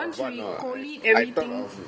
once we collate everything